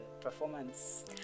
performance